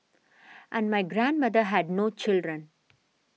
and my grandmother had no children